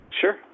Sure